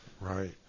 right